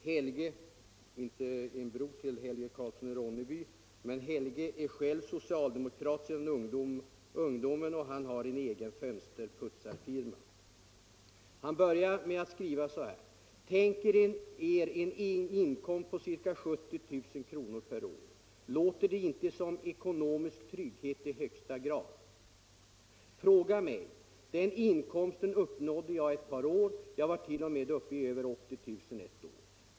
Helge — inte en bror till herr Karlsson i Ronneby — är själv socialdemokrat sedan ungdomen och har en egen fönsterputsarfirma. Han börjar skriva så här: ”Tänk er en inkomst på ca 70 000 kr. per år. Låter det inte som ekonomisk trygghet i högsta grad? Fråga mig! Den inkomsten uppnådde jag ett par år. Jag var t.o.m. uppe i över 80 000 ett år.